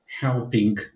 helping